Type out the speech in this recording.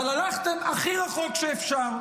אבל הלכתם הכי רחוק שאפשר.